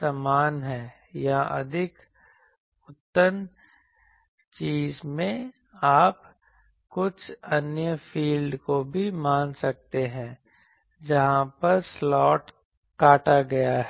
समान है या अधिक उन्नत चीज़ में आप कुछ अन्य फ़ील्ड को भी मान सकते हैं जहाँ पर स्लॉट काटा गया है